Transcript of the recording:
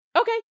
Okay